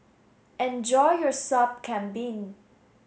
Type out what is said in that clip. enjoy your sup kambing